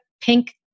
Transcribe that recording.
pink